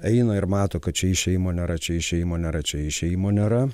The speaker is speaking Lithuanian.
eina ir mato kad čia išėjimo nėra čia išėjimo nėra čia išėjimo nėra